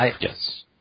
Yes